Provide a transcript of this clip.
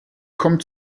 kommt